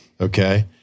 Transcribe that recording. Okay